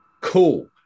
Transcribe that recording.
Cool